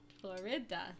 florida